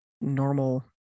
normal